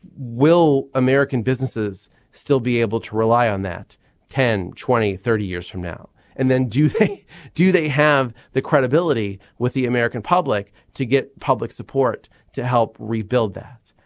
will american businesses still be able to rely on that ten twenty thirty years from now and then do you think do they have the credibility with the american public to get public support to help rebuild that.